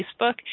Facebook